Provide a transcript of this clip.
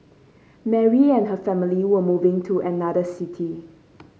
Mary and her family were moving to another city